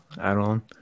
add-on